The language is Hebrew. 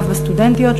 ואף בסטודנטיות,